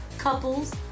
couples